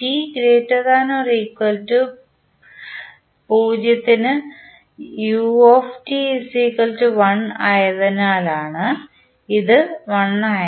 t≥0 ന് u 1 ആയതിനാലാണ് ഇത് 1 ആയത്